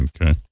Okay